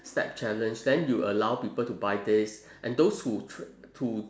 step challenge then you allow people to buy this and those who cho~ to